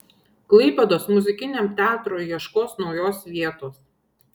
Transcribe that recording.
klaipėdos muzikiniam teatrui ieškos naujos vietos